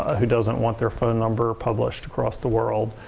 who doesn't want their phone number published across the world.